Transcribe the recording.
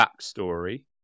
backstory